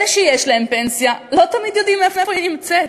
אלה שיש להם פנסיה לא תמיד יודעים איפה היא נמצאת.